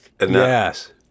yes